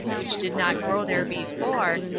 which did not grow there before,